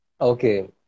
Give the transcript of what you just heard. Okay